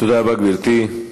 תודה רבה, גברתי.